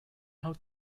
how